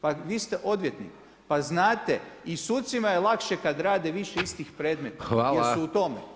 Pa vi ste odvjetnik, pa znate, i sucima je lakše kad rade više istih predmeta jer su u tome.